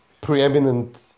preeminent